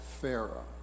Pharaoh